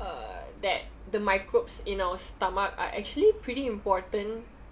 uh that the microbes in our stomach are actually pretty important